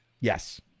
Yes